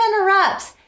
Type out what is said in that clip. interrupts